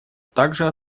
также